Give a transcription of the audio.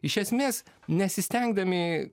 iš esmės nesistengdami